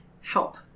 help